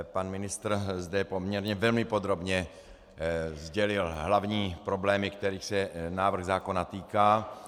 Pan ministr zde velmi podrobně sdělil hlavní problémy, kterých se návrh zákona týká.